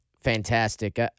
fantastic